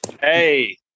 Hey